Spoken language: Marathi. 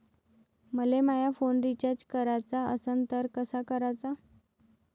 मले माया फोन रिचार्ज कराचा असन तर कसा कराचा?